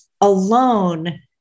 alone